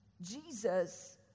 Jesus